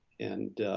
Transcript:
and